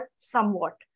somewhat